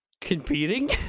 Competing